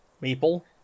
Maple